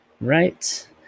Right